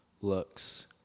looks